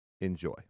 Enjoy